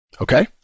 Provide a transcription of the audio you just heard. Okay